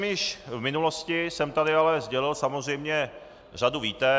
Již v minulosti jsem tady ale sdělil samozřejmě řadu výtek.